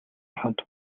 хамт